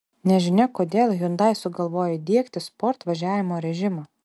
nežinia kodėl hyundai sugalvojo įdiegti sport važiavimo režimą